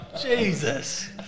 Jesus